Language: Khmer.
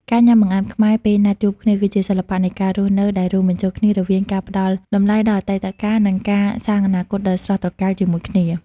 ការញ៉ាំបង្អែមខ្មែរពេលណាត់ជួបគ្នា គឺជាសិល្បៈនៃការរស់នៅដែលរួមបញ្ចូលគ្នារវាងការផ្តល់តម្លៃដល់អតីតកាល និងការសាងអនាគតដ៏ស្រស់ត្រកាលជាមួយគ្នា។